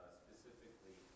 specifically